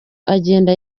agenda